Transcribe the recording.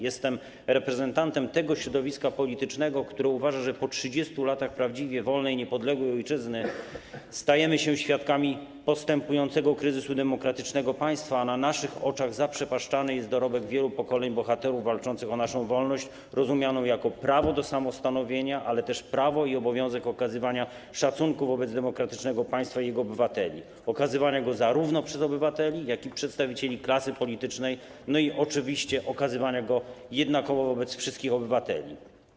Jestem reprezentantem tego środowiska politycznego, które uważa, że po 30 latach prawdziwie wolnej, niepodległej ojczyzny stajemy się świadkami postępującego kryzysu demokratycznego państwa, a na naszych oczach zaprzepaszczany jest dorobek wielu pokoleń bohaterów walczących o naszą wolność, rozumianą jako prawo do samostanowienia, ale też prawo i obowiązek okazywania szacunku wobec demokratycznego państwa i jego obywateli, okazywania go zarówno przez obywateli, jak i przez przedstawicieli klasy politycznej, no i oczywiście okazywania go jednakowo wobec wszystkich obywateli.